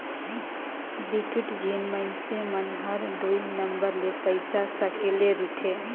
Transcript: बिकट झिन मइनसे मन हर दुई नंबर ले पइसा सकेले रिथे